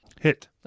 Hit